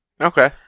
Okay